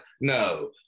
no